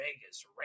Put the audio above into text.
Vegas